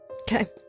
Okay